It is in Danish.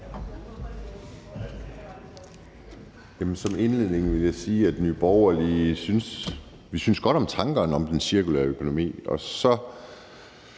Som indledning vil jeg sige, at Nye Borgerlige synes godt om tankerne om den cirkulære økonomi,